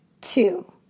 two